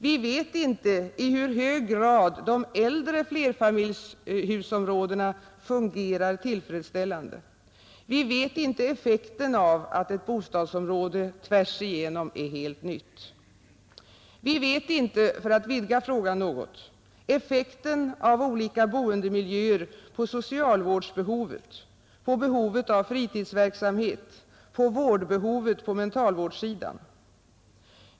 Vi vet inte i hur hög grad de äldre flerfamiljshusområdena fungerar tillfredsställande. Vi vet inte effekten av att ett bostadsområde tvärs igenom är helt nytt. Vi vet inte — för att vidga frågan något — effekten av olika boendemiljöer på socialvårdsbehovet, på behovet av fritidsverksamhet, på vårdbehovet när det gäller mentalvården.